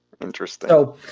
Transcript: Interesting